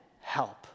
help